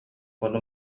ону